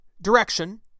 direction